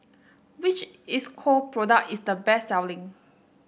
which Isocal product is the best selling